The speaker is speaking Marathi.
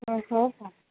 हो का